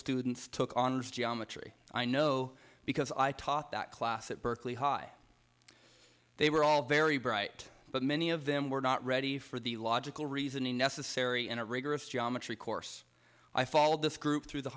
students took on geometry i know because i taught that class at berkeley high they were all very bright but many of them were not ready for the logical reasoning necessary in a rigorous geometry course i followed this group through the